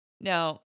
Now